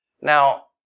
Now